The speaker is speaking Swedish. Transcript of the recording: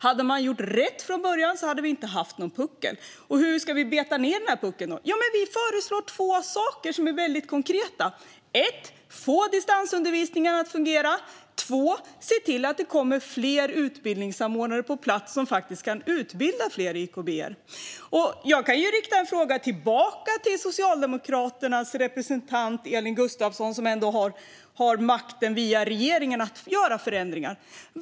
Hade man gjort rätt från början hade vi inte haft någon puckel. Hur ska vi då beta av puckeln? Jo, vi föreslår två saker som är väldigt konkreta: för det första att få distansundervisningarna att fungera och för det andra att se till att det kommer fler utbildningssamordnare på plats som faktiskt kan utbilda fler för YKB. Jag kan rikta en fråga tillbaka till Socialdemokraternas representant Elin Gustafsson, som ändå har makten att göra förändringar via regeringen.